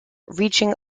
reaching